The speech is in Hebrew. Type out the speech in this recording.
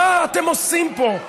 מה אתם עושים פה?